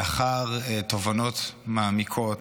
לאחר תובנות מעמיקות